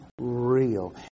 real